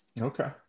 Okay